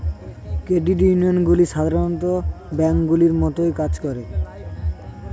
credit ইউনিয়নগুলি সাধারণ ব্যাঙ্কগুলির মতোই কাজ করে